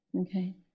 Okay